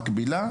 מקבילה,